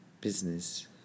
business